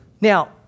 Now